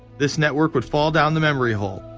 this network would fall down the memory hole,